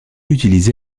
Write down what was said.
utilisé